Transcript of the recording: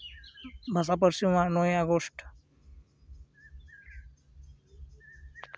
ᱵᱷᱟᱥᱟ ᱯᱟᱹᱨᱥᱤ ᱢᱟᱦᱟ ᱱᱚᱭᱮ ᱟᱜᱚᱥᱴ